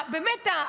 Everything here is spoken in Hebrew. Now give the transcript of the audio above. באמת,